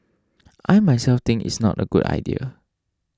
I myself think it's not a good idea